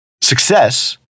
success